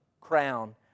crown